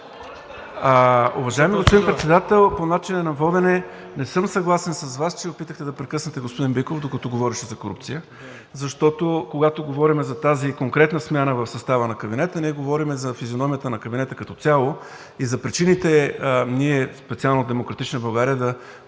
Уважаеми господин Председател, по начина на водене. Не съм съгласен с Вас, че опитахте да прекъснете господин Биков, докато говореше за корупция. Защото, когато говорим за тази конкретна смяна в състава на кабинета, ние говорим за физиономията на кабинета като цяло и за причините ние от „Демократична България“ да